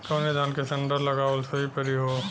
कवने धान क संन्डा लगावल सही परी हो?